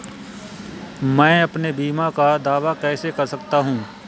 मैं अपने बीमा का दावा कैसे कर सकता हूँ?